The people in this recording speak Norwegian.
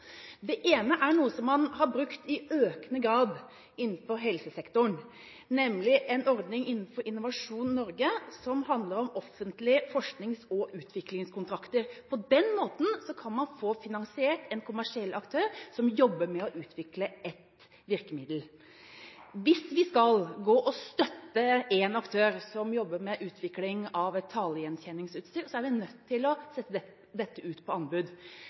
det på. Det ene er noe man i økende grad har brukt innenfor helsesektoren, nemlig en ordning innenfor Innovasjon Norge som handler om offentlige forsknings- og utviklingskontrakter. På den måten kan en kommersiell aktør som jobber med å utvikle et virkemiddel, bli finansiert. Hvis vi skal støtte en aktør som jobber med utvikling av et talegjenkjenningsutstyr, er vi nødt til sette dette ut på anbud.